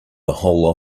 whole